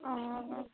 ᱚ